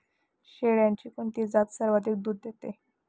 शेळ्यांची कोणती जात सर्वाधिक दूध देते?